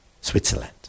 Switzerland